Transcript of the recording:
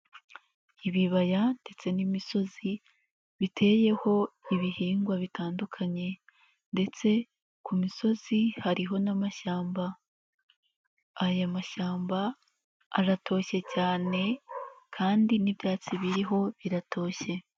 Ibibaya ndetse n'imisozi biteyeho ibihingwa bitandukanye ndetse ku misozi hariho n'amashyamba, aya mashyamba aratoshye cyane kandi n'ibyatsi biriho biratoshye.